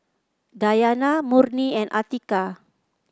Dayana Murni and Atiqah